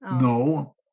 No